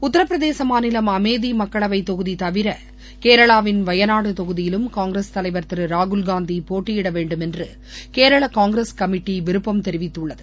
உத்தரபிரதேச மாநிலம் அமேதி மக்களவை தொகுதி தவிர கேரளாவின் வயநாடு தொகுதியிலும் காங்கிரஸ் தலைவர் திரு ராகுல்காந்தி போட்டியிட வேண்டும் என்று கேரள காங்கிரஸ் கமிட்டி விருப்பம் தெரிவித்துள்ளது